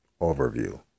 overview